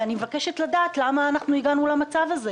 אני מבקשת לדעת למה הגענו למצב הזה.